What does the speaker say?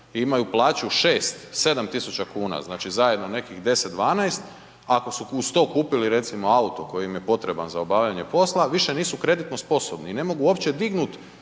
imaju plaću 6, 7 tisuća kuna, znači zajedno nekih 10, 12, ako su uz to kupili recimo, auto koji im je potreban za obavljanje posla, više nisu kreditno sposobni i ne mogu uopće dignuti